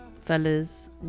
fellas